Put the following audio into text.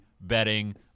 betting